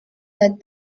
that